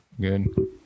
Good